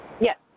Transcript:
Yes